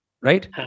right